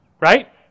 right